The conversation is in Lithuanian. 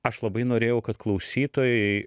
aš labai norėjau kad klausytojai